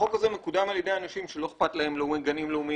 החוק הזה מקודם על ידי אנשים שלא אכפת להם מגנים לאומיים,